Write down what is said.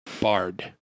Bard